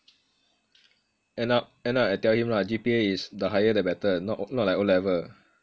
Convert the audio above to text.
end up end up I tell him lah G_P_A is the higher the better not not like o'level